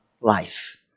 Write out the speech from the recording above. life